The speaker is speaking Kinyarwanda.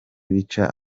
bica